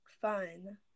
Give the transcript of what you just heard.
fun